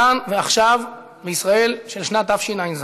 כאן ועכשיו, בישראל של שנת תשע"ז,